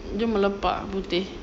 dia melepak putih